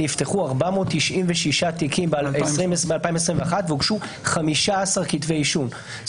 נפתחו 496 תיקים ב-2021, והוגשו 15 כתבי אישום.